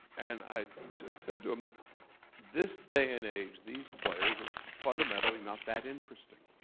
and i said to him that this day and age these players are fundamentally not that interesting